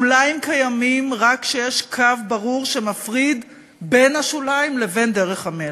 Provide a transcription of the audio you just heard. שוליים קיימים רק כשיש קו ברור שמפריד בין השוליים לבין דרך המלך.